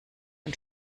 von